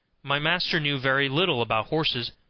my master knew very little about horses,